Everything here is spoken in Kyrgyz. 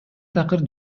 такыр